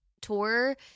tour